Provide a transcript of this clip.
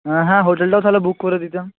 হ্যাঁ হ্যাঁ হোটেলটাও তাহলে বুক করে দিতাম